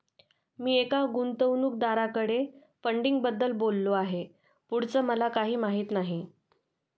मी एका गुंतवणूकदाराकडे फंडिंगबद्दल बोललो आहे, पुढचं मला काही माहित नाही